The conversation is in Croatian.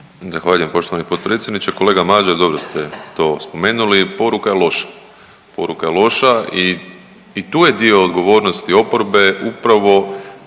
Zahvaljujem poštovani potpredsjedniče. Kolega Mažar, dobro ste to spomenuli. Poruka je loša, poruka je loša i tu je dio odgovornosti oporbe upravo